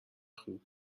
خوب